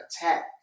attack